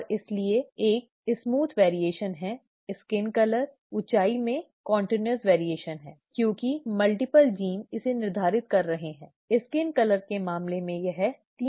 और इसलिए एक सुस्पष्ट भिन्नता है स्किन कलरऊंचाई में निरंतर भिन्नता है क्योंकि कई जीन इसे निर्धारित कर रहे हैं स्किन कलर के मामले में यह 3 जीन है